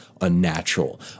unnatural